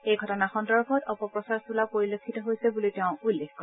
এই ঘটনা সন্দৰ্ভত অপপ্ৰচাৰ চলোৱা পৰিলক্ষিত হৈছে বুলিও তেওঁ উল্লেখ কৰে